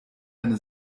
eine